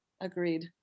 Agreed